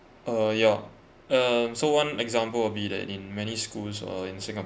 uh yeah um so one example will be that in many schools uh in singapore